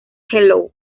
hello